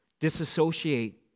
disassociate